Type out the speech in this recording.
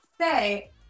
say